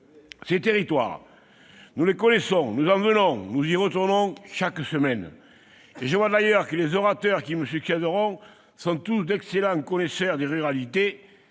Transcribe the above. Ces territoires, nous les connaissons, nous en venons, nous y retournons chaque semaine. Et je vois d'ailleurs que les orateurs qui me succéderont sont tous d'excellents connaisseurs des ruralités